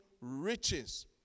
riches